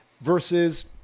versus